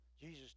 Jesus